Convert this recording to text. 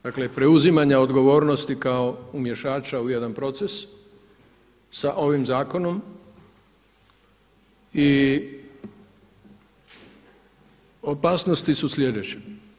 Dakle, preuzimanja odgovornosti kao u mješača u jedan proces sa ovim zakonom i opasnosti su sljedeće.